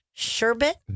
Sherbet